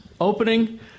opening